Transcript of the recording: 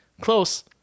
close